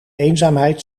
eenzaamheid